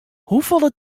hoefolle